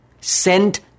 sent